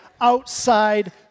outside